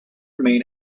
main